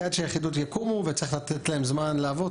כי עד שהיחידות יקומו וצריך לתת להן זמן לעבוד,